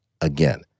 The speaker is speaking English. again